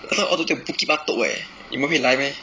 also all the way at bukit batok leh 你们会来 meh